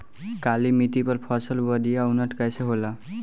काली मिट्टी पर फसल बढ़िया उन्नत कैसे होला?